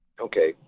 Okay